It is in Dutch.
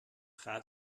gaat